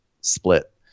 split